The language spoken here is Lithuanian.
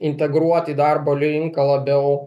integruot į darbo rinką labiau